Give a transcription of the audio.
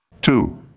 Two